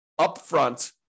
upfront